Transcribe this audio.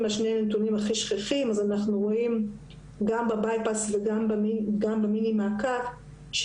על שני הנתונים הכי שכיחים: גם ב-Bypass וגם במיני מעקף אנחנו רואים